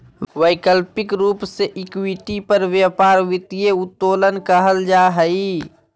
वैकल्पिक रूप से इक्विटी पर व्यापार वित्तीय उत्तोलन कहल जा हइ